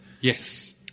Yes